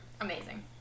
amazing